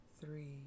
three